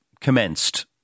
commenced